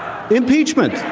impeachment.